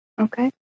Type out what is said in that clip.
okay